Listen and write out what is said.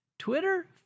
Twitter